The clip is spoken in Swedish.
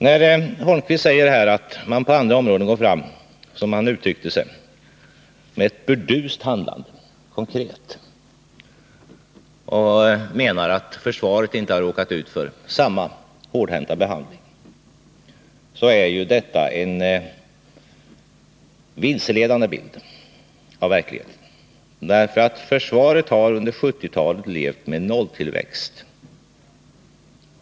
När Eric Holmqvist säger att regeringen på andra områden går fram med ett, som han uttryckte det, burdust handlande och menar att försvaret inte råkat ut för samma hårdhänta behandling, ger han en vilseledande bild av verkligheten. Försvaret har under 1970-talet levt med nolltillväxt.